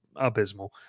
abysmal